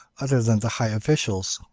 other than the high officials.